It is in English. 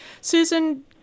Susan